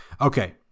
Okay